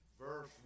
verse